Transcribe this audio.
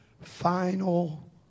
final